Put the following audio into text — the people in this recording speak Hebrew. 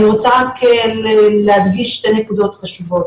אני רוצה רק להדגיש שתי נקודות חשובות.